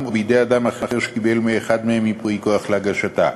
או בידי אדם אחר שקיבל מאחד מהם ייפוי כוח להגשתה.